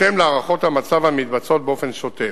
בהתאם להערכות המצב, המתבצעות באופן שוטף.